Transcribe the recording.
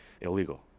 illegal